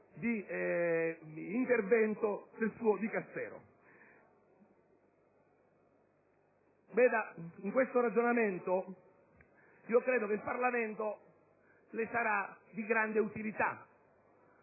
intervento del suo Dicastero. In questo ragionamento, credo che il Parlamento le sarà di grande utilità,